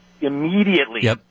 immediately